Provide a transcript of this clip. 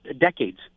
decades